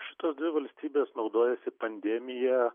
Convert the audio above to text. šitos dvi valstybės naudojasi pandemija